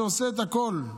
שעושה את הכול,